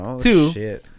two